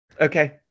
Okay